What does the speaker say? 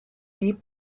deep